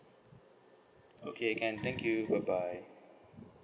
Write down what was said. okay can thank you bye bye